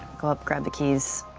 go up, grab the keys,